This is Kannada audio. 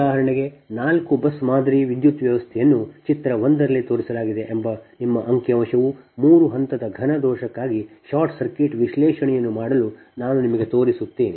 ಉದಾಹರಣೆಗೆ ನಾಲ್ಕು ಬಸ್ ಮಾದರಿ ವಿದ್ಯುತ್ ವ್ಯವಸ್ಥೆಯನ್ನು ಚಿತ್ರ 1 ರಲ್ಲಿ ತೋರಿಸಲಾಗಿದೆ ಎಂಬ ನಿಮ್ಮ ಅಂಕಿ ಅಂಶವು ಮೂರು ಹಂತದ ಘನ ದೋಷಕ್ಕಾಗಿ ಶಾರ್ಟ್ ಸರ್ಕ್ಯೂಟ್ ವಿಶ್ಲೇಷಣೆಯನ್ನು ಮಾಡಲು ನಾನು ನಿಮಗೆ ತೋರಿಸುತ್ತೇನೆ